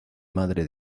madre